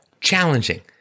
challenging